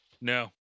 no